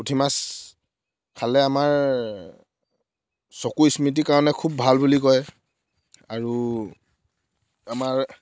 পুঠি মাছ খালে আমাৰ চকু স্মৃতি কাৰণে খুব ভাল বুলি কয় আৰু আমাৰ